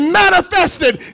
manifested